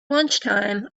lunchtime